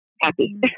happy